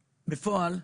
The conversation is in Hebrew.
בפועל,